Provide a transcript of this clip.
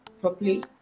properly